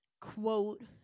quote